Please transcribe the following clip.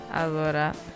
Allora